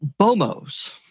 BOMOs